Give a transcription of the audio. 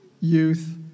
youth